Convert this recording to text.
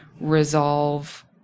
resolve